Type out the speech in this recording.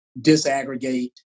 disaggregate